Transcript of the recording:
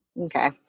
Okay